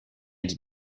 did